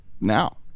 now